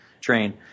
train